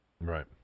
Right